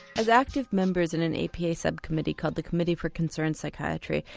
as active members in an apa sub committee called the committee for concerned psychiatry,